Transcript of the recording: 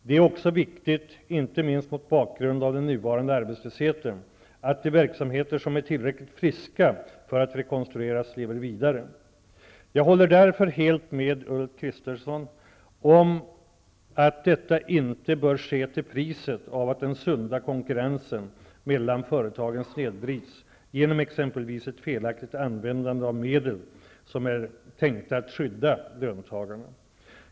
Det är också viktigt, inte minst mot bakgrund av den nuvarande arbetslösheten, att de verksamheter som är tillräckligt friska för att rekonstrueras lever vidare. Jag håller däremot helt med Ulf Kristersson om att detta inte bör ske till priset av att den sunda konkurrensen mellan företagen snedvrids genom exempelvis ett felaktigt användande av medel som är tänkta att skydda löntagarna.